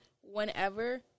whenever